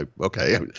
okay